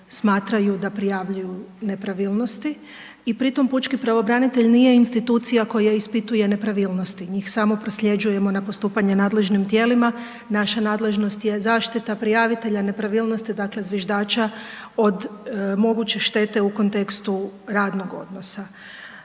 smatraju da prijavljuju nepravilnosti i pri tom pučki pravobranitelj nije institucija koja ispituje nepravilnosti, njih samo prosljeđujemo na postupanje nadležnim tijelima, naša nadležnost je zaštita prijavitelja nepravilnosti, dakle zviždača od moguće štete u kontekstu radnog odnosa.